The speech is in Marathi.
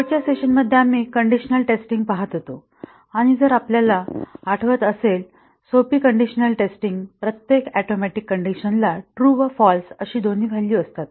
शेवटच्या सेशन मध्ये आम्ही कंडिशनल टेस्टिंग पहात होतो आणि जर आपल्याला आठवत असेल सोपी कंडिशन टेस्टिंग प्रत्येक ऍटोमिक कंडिशन ला ट्रू व फाल्स अशी दोन्ही व्हॅल्यू असतात